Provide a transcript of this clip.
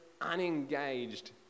unengaged